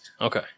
Okay